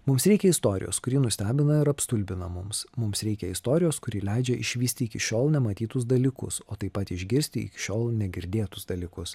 mums reikia istorijos kuri nustebina ir apstulbina mums mums reikia istorijos kuri leidžia išvysti iki šiol nematytus dalykus o taip pat išgirsti iki šiol negirdėtus dalykus